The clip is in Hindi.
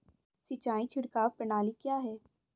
सिंचाई छिड़काव प्रणाली क्या है?